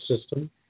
system